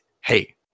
hey